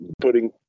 putting